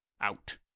out